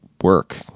work